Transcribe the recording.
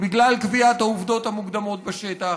בגלל קביעת העובדות המוקדמות בשטח.